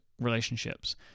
relationships